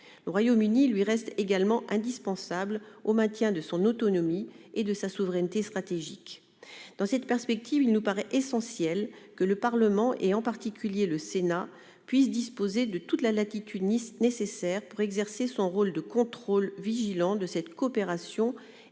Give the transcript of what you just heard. Le Royaume-Uni reste également indispensable au maintien de son autonomie et de sa souveraineté stratégique. Dans cette perspective, il nous paraît essentiel que le Parlement, et en particulier le Sénat, puisse disposer de toute la latitude nécessaire pour exercer son rôle de contrôle vigilant de cette coopération